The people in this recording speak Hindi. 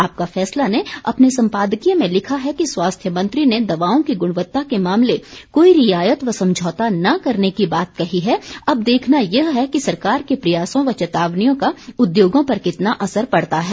आपका फैसला ने अपने संपादकीय में लिखा है कि स्वास्थ्य मंत्री ने दवाओं की गुणवता के मामले कोई रियायत व समझौता न करने की बात कही है अब देखना यह है कि सरकार के प्रयासों व चेतावनियों का उद्योगों पर कितना असर पड़ता है